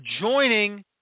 joining